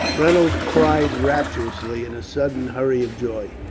reynolds cried rapturously in a sudden hurry of joy,